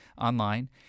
online